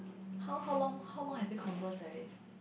how how long more how long have you converse already